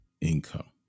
income